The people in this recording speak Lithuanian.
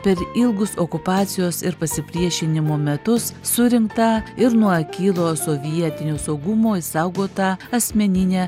per ilgus okupacijos ir pasipriešinimo metus surinktą ir nuo akylo sovietinio saugumo išsaugotą asmeninę